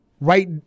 right